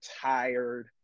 tired